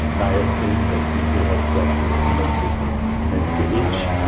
niacin that gives you hot flashes and makes you makes you itch.